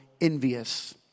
envious